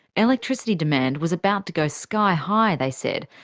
electricity demand was about to go sky high they said,